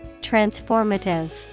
Transformative